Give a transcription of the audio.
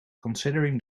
considering